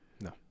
No